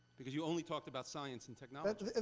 because you only talked about science and technology. but and